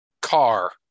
car